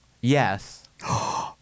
Yes